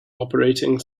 operating